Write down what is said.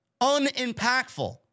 unimpactful